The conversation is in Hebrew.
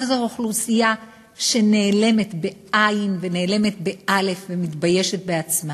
אבל זו אוכלוסייה שנעלמת ונאלמת ומתביישת בעצמה.